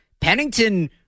pennington